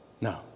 No